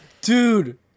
dude